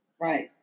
Right